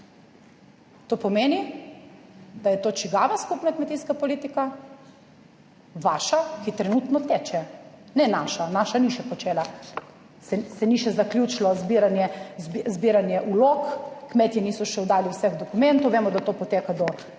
To pomeni, da je to čigava skupna kmetijska politika? Vaša, ki trenutno teče, ne naša. Naša ni še počela, saj se ni še zaključilo zbiranje vlog, kmetje niso še oddali vseh dokumentov, vemo, da to poteka do